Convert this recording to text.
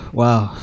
wow